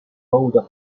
boulder